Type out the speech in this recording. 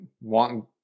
want